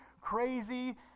crazy